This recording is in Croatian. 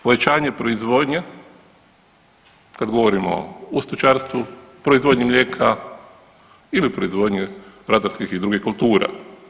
Povećanje proizvodnje kad govorimo u stočarstvu, proizvodnji mlijeka ili proizvodnji ratarskih i drugih kultura.